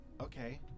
okay